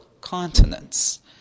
continents